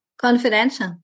confidential